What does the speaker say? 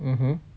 mmhmm